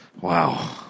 wow